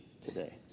today